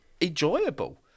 enjoyable